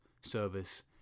service